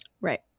Right